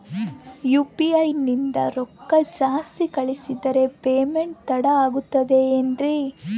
UPI ನಿಂದ ರೊಕ್ಕ ಜಾಸ್ತಿ ಕಳಿಸಿದರೆ ಪೇಮೆಂಟ್ ತಡ ಆಗುತ್ತದೆ ಎನ್ರಿ?